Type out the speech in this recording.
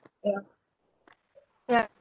ya ya